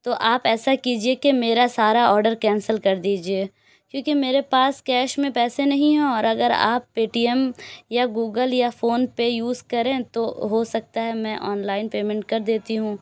تو آپ ایسا کیجیے کہ میرا سارا آڈر کینسل کر دیجیے کیوں کہ میرے پاس کیش میں پیسے نہیں ہیں اور اگر آپ پے ٹی ایم یا گوگل یا فون پے یوز کریں تو ہو سکتا ہے میں آن لائن پیمینٹ کر دیتی ہوں